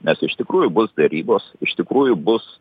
nes iš tikrųjų bus derybos iš tikrųjų bus